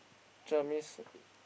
cher means